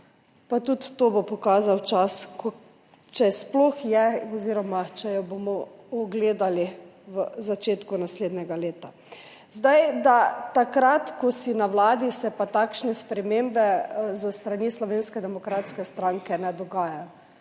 tudi to bo pokazal čas, če sploh je oziroma če jo bomo ugledali v začetku naslednjega leta. O tem, da se takrat, ko si na vladi, pa takšne spremembe s strani Slovenske demokratske stranke ne dogajajo.